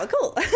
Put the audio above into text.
cool